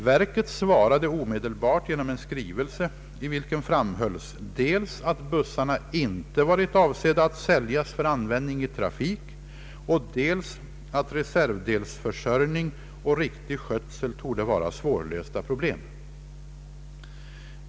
Verket svarade omedelbart genom en skrivelse, i vilken framhölls dels att bussarna inte varit avsedda att säljas för användning i trafik, dels att reservdelsförsörjning och riktig skötsel torde vara svårlösta problem.